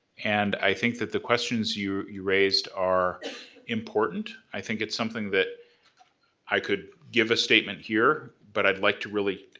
and, i think that the questions you you raised are important. i think it's something that i could give a statement here, but i'd like to really,